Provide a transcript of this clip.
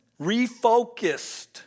refocused